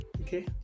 Okay